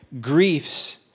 griefs